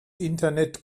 internet